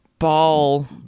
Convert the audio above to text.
Ball